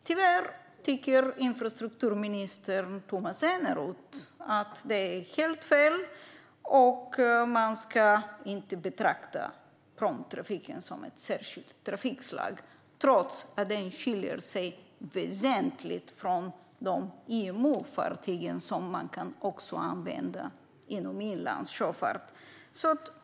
Tyvärr tycker infrastrukturminister Tomas Eneroth att det är helt fel och att man inte ska betrakta pråmtrafiken som ett särskilt trafikslag trots att den skiljer sig väsentligt från de IMO-fartyg som man också kan använda inom inlandssjöfart.